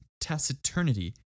taciturnity